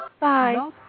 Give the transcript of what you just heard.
Bye